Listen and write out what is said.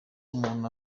umuntu